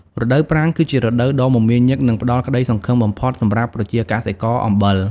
រដូវប្រាំងគឺជារដូវកាលដ៏មមាញឹកនិងផ្តល់ក្តីសង្ឃឹមបំផុតសម្រាប់ប្រជាកសិករអំបិល។